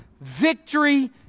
victory